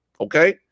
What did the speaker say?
okay